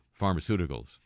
pharmaceuticals